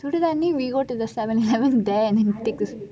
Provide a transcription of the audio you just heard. சூடு thanneer thannir we go to the seven eleven there and get